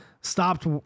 Stopped